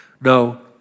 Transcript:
No